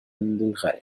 للغاية